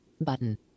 button